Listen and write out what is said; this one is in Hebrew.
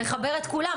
לחבר את כולם,